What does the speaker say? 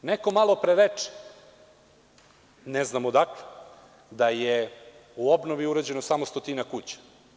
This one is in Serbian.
Neko malo pre reče, ne znam odakle, da je u obnovi urađeno samo stotinak kuća.